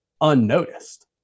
unnoticed